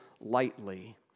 lightly